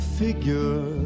figure